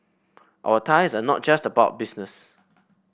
our ties are not just about business